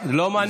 לא מעניין אותי.